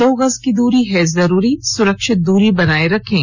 दो गज की दूरी है जरूरी सुरक्षित दूरी बनाए रखें